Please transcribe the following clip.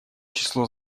число